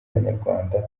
abanyarwanda